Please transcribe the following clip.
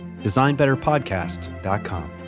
designbetterpodcast.com